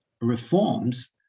reforms